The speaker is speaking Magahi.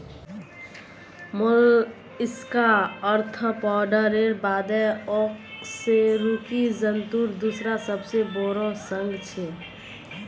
मोलस्का आर्थ्रोपोडार बादे अकशेरुकी जंतुर दूसरा सबसे बोरो संघ छे